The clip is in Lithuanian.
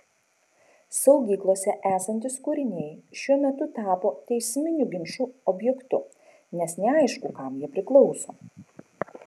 saugyklose esantys kūriniai šiuo metu tapo teisminių ginčų objektu nes neaišku kam jie priklauso